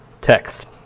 text